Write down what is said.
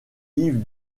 yves